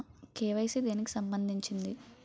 KYC దేనికి సంబందించింది?